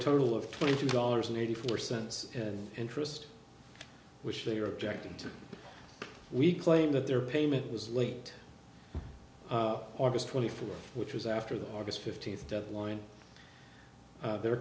total of twenty two dollars and eighty four cents in interest which they are objecting to we claim that their payment was late august twenty fourth which is after the august fifteenth deadline they're